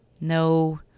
no